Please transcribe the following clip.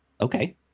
Okay